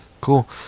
Cool